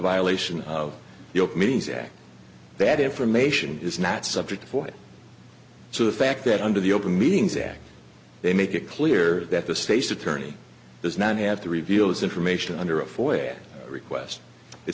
violation of your means act that information is not subject for so the fact that under the open meetings act they make it clear that the state's attorney does not have to reveal this information under a four way request it